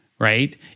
Right